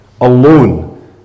alone